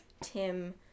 Tim